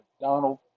Donald